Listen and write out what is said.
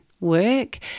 work